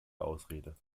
ausrede